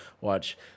Watch